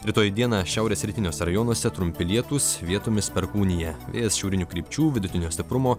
rytoj dieną šiaurės rytiniuose rajonuose trumpi lietūs vietomis perkūnija vėjas šiaurinių krypčių vidutinio stiprumo